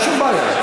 אין שום בעיה.